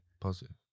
Positive